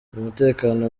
umutekano